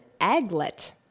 aglet